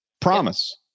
Promise